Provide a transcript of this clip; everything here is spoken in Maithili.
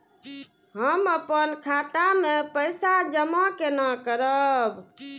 हम अपन खाता मे पैसा जमा केना करब?